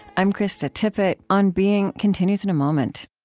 i'm krista tippett. on being continues in a moment